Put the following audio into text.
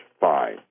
fine